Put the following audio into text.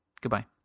Goodbye